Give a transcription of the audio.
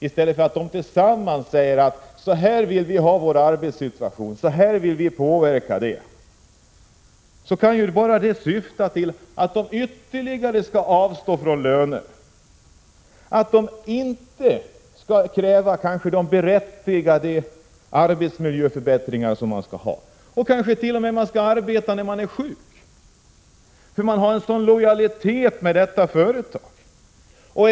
I stället för att arbetarna tillsammans får säga hur de vill ha sin arbetssituation och hur de vill påverka den syftar vinstandelssystemet till att de skall avstå från ytterligare lönekrav, att de inte skall kräva berättigade arbetsmiljöförbättringar. Man 25 kanske t.o.m. skall arbeta när man är sjuk, därför att man känner sådan lojalitet med företaget.